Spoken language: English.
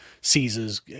Caesar's